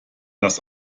das